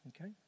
Okay